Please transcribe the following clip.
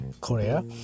Korea